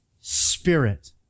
spirit